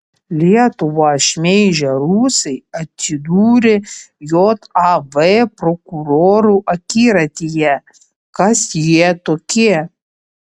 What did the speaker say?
lietuvą šmeižę rusai atsidūrė jav prokurorų akiratyje kas jie tokie